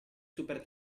super